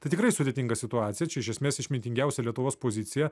tai tikrai sudėtinga situacija čia iš esmės išmintingiausia lietuvos pozicija